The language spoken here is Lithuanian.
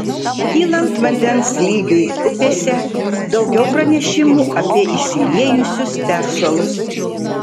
kylant vandens lygiui upėse daugiau pranešimų apie išsiliejusius teršalus